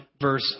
Verse